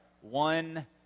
one